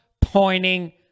pointing